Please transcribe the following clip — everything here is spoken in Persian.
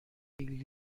همه